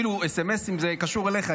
סמ"סים זה קשור אליך,